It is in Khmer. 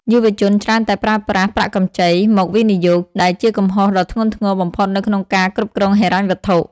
យុវជនច្រើនតែប្រើប្រាស់ "ប្រាក់កម្ចី" មកវិនិយោគ ដែលជាកំហុសដ៏ធ្ងន់ធ្ងរបំផុតនៅក្នុងការគ្រប់គ្រងហិរញ្ញវត្ថុ។